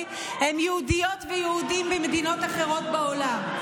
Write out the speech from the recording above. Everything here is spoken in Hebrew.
הם יהודיות ויהודים ממדינות אחרות בעולם.